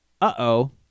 uh-oh